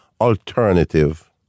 alternative